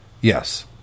Yes